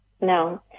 No